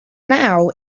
now